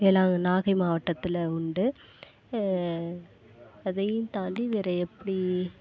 எல்லாம் நாகை மாவட்டத்தில் உண்டு அதையும் தாண்டி வேற எப்படி